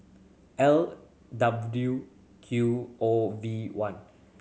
L W Q O V one